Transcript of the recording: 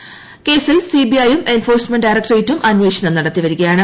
്കേസിൽ CBI യും enforcement ഡയറക്ടരേറ്റും അന്വേഷണം നടത്തിവരികയാണ്